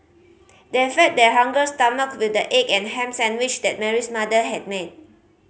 they fed their hungry stomachs with the egg and ham sandwich that Mary's mother had made